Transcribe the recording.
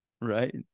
right